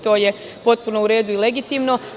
To je potpuno u redu i legitimno.